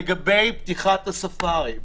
לגבי פתיחת הספארי.